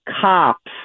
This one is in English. cops